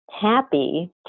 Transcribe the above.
happy